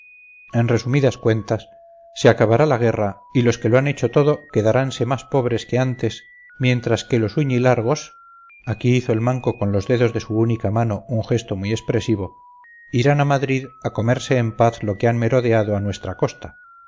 en resumidas cuentas se acabará la guerra y los que lo han hecho todo quedaranse más pobres que antes mientras que los uñilargos aquí hizo el manco con los dedos de su única mano un gesto muy expresivo irán a madrid a comerse en paz lo que han merodeado a nuestra costa